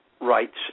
rights